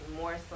more